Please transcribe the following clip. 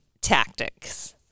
tactics